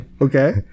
Okay